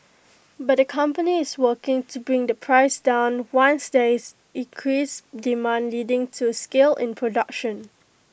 but the company is working to bring the price down once there is increased demand leading to scale in production